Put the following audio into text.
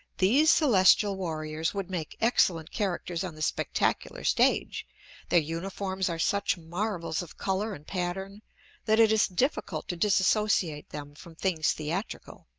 these celestial warriors would make excellent characters on the spectacular stage their uniforms are such marvels of color and pattern that it is difficult to disassociate them from things theatrical.